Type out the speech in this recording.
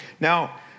Now